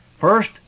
First